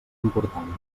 important